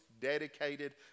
dedicated